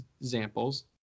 examples